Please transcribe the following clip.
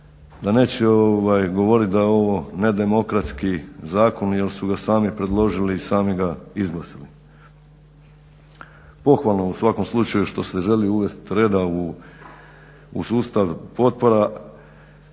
da neće govoriti da je ovo nedemokratski zakon jer su ga sami predložili i sami ga izglasali. Pohvalno je u svakom slučaju što se želi uvesti reda u sustav potpora